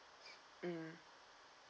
mm